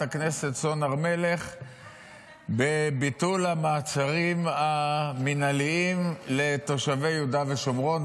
הכנסת סון הר מלך בביטול המעצרים המינהליים לתושבי יהודה ושומרון,